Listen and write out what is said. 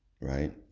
Right